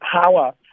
power